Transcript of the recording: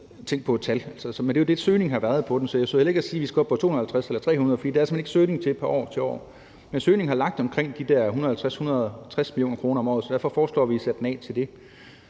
Men det er jo det, søgningen på det har været. Så jeg forsøger heller ikke at sige, at vi skal op på 250 eller 300 mio. kr., for det er der simpelt hen ikke søgning til fra år til år. Men søgningen har ligget på omkring 150-160 mio. kr. om året, så derfor foreslår vi at sætte det af til det.